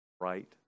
Right